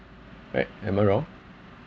right am I wrong